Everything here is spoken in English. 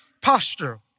posture